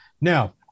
Now